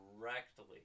directly